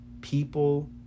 people